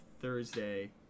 thursday